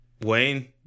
Wayne